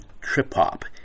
trip-hop